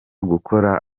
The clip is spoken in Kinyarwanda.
gukora